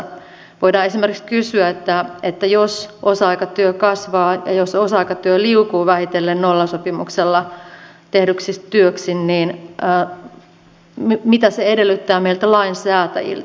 voidaan esimerkiksi kysyä että jos osa aikatyö kasvaa ja jos osa aikatyö liukuu vähitellen nollasopimuksella tehdyksi työksi mitä se edellyttää meiltä lainsäätäjiltä